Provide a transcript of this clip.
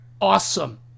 awesome